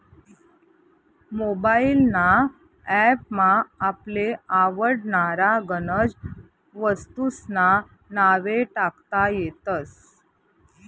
mobile ना app मा आपले आवडनारा गनज वस्तूंस्ना नावे टाकता येतस